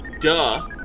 Duh